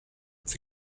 für